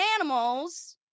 animals